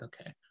okay